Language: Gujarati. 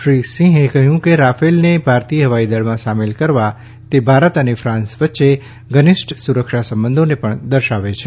શ્રી સિંહે કહ્યું કે રાફેલને ભારતીય હવાઇદળમાં સામેલ કરવા તે ભારત અને ફાન્સ વચ્ચે ધનિષ્ઠ સુરક્ષા સંબંધોને પણ દર્શાવે છે